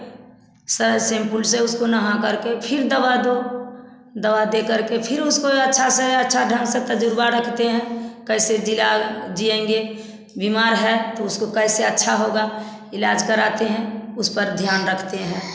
स सैम्पुल से उसको नहा करके फिर दवा दो दवा दे करके फिर उसको अच्छा से अच्छा ढंग से तजुर्बा रखते हैं कैसे जीला जीएँगे बीमार है तो उसको कैसे अच्छा होगा इलाज कराते हैं उस पर ध्यान रखते हैं